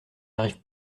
arrive